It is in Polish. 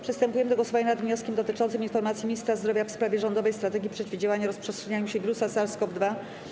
Przystępujemy do głosowania nad wnioskiem dotyczącym informacji Ministra Zdrowia w sprawie rządowej strategii przeciwdziałania rozprzestrzenianiu się wirusa SARS-CoV-2.